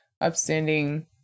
upstanding